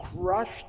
crushed